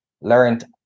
learned